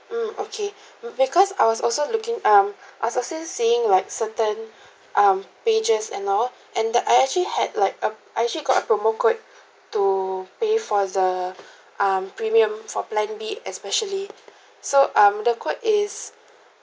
mm okay because I was also looking um also since seeing like certain um pages and all and uh I actually had like a I actually got a promo code to pay for the um premium for plan B especially so um the code is